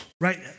right